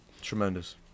Tremendous